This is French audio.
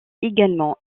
également